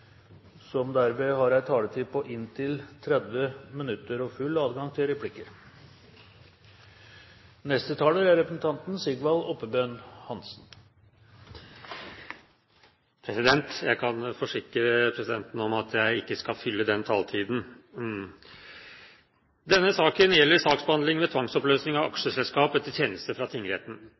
som derved har en taletid på inntil 30 minutter. Og det er full adgang til replikker. Jeg kan forsikre presidenten om at jeg ikke skal fylle den taletiden. Denne saken gjelder saksbehandling ved tvangsoppløsning av aksjeselskap etter kjennelse fra tingretten.